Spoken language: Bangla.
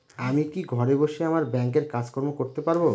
আমি কি ঘরে বসে আমার ব্যাংকের কাজকর্ম করতে পারব?